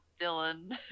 dylan